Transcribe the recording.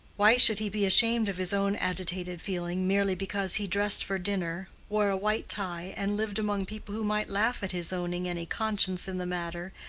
why should he be ashamed of his own agitated feeling merely because he dressed for dinner, wore a white tie, and lived among people who might laugh at his owning any conscience in the matter,